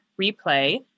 replay